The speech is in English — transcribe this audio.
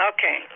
Okay